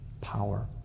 power